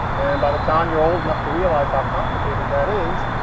and by the time you're old enough to realize how complicated that is.